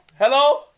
hello